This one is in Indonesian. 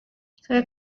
saya